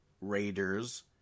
Raiders